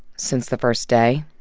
since the first day.